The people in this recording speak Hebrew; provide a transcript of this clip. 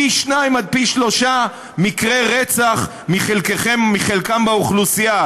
פי שניים עד פי שלושה מקרי רצח מחלקם באוכלוסייה,